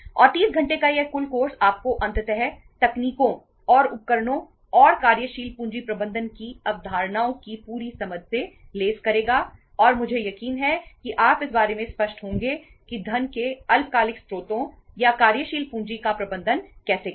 और 30 घंटे का यह कुल कोर्स आपको अंततः तकनीकों और उपकरणों और कार्यशील पूंजी प्रबंधन की अवधारणाओं की पूरी समझ से लैस करेगा और मुझे यकीन है कि आप इस बारे में स्पष्ट होंगे कि धन के अल्पकालिक स्रोतों या कार्यशील पूंजी वित्त का प्रबंधन कैसे करें